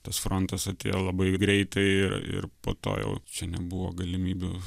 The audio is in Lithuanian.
tas frontas atėjo labai greitai ir ir po to jau čia nebuvo galimybių